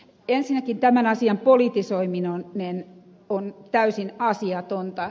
ensinnäkin tämän asian politisoiminen on täysin asiatonta